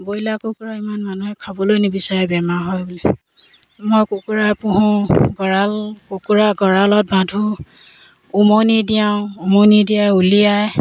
broiler কুকুৰা ইমান মানুহে খাবলৈ নিবিচাৰে বেমাৰ হয় বুলি মই কুকুৰা পোহোঁ গঁৰাল কুকুৰা গঁৰালত বান্ধো উমনি দিয়াওঁ উমনি দিয়াই উলিয়াই